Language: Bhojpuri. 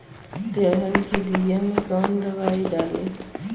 तेलहन के बिया मे कवन दवाई डलाई?